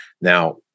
Now